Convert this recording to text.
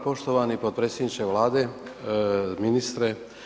poštovani potpredsjedniče Vlade, ministre.